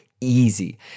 easy